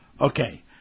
Okay